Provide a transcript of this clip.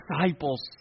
disciples